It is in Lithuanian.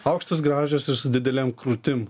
aukštos gražios ir su didelėm krūtim